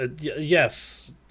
Yes